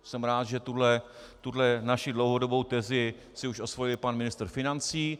Jsem rád, že tuhle naši dlouhodobou tezi si už i osvojil pan ministr financí.